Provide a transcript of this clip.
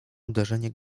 uderzenie